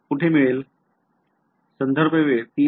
संदर्भ वेळ०३